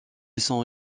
son